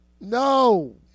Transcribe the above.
No